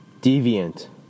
deviant